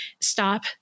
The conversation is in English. stop